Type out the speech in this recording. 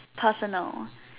personal